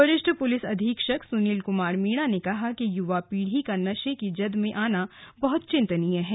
वरिष्ठ पुलिस अधीक्षक सुनील कुमार मीणा ने कहा कि युवा पीढी का नशे की जद मे आना बहुत चिन्तनीय है